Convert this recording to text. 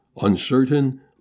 uncertain